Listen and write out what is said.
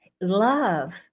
love